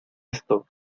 esto